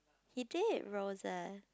he did Roses